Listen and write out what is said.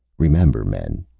remember, men,